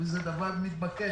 זה דבר מתבקש.